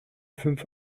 fünf